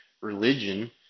religion